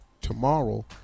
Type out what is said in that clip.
tomorrow